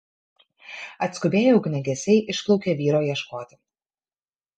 atskubėję ugniagesiai išplaukė vyro ieškoti